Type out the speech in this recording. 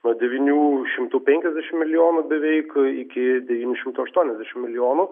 nuo devynių šimtų penkiasdešimt milijonų beveik iki devynių šimtų aštuoniasdešimt milijonų